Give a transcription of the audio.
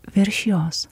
virš jos